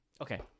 Okay